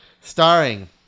Starring